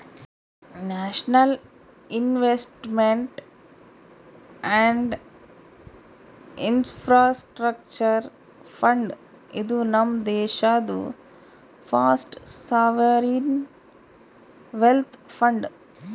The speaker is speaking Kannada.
national investment and infrastructure fund, ಇದು ನಮ್ ದೇಶಾದು ಫಸ್ಟ್ ಸಾವರಿನ್ ವೆಲ್ತ್ ಫಂಡ್